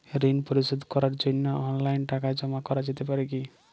ঋন পরিশোধ করার জন্য অনলাইন টাকা জমা করা যেতে পারে কি?